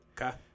Okay